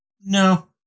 no